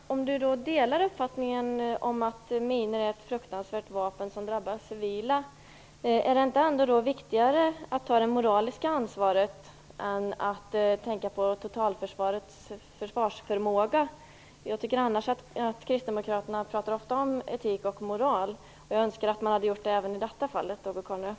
Fru talman! Om Åke Carnerö delar uppfattningen att minor är ett fruktansvärt vapen som drabbar civila är det då inte viktigare att ta det moraliska ansvaret än att tänka på totalförsvarets försvarsförmåga? Jag tycker att kristdemokraterna annars ofta pratar om etik och moral. Jag önskar att de hade gjort det även i detta fall, Åke Carnerö.